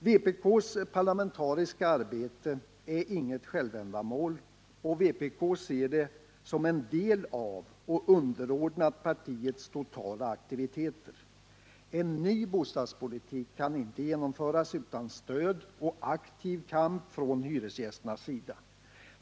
Vpk:s parlamentariska arbete är inget självändamål, och vpk ser det som en del av och underordnat partiets totala aktiviteter. En ny bostadspolitik kan inte genomföras utan stöd och aktiv kamp från hyresgästernas sida.